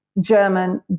German